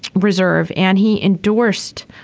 reserve. and he endorsed